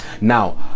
Now